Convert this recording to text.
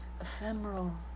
ephemeral